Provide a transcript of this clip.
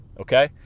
Okay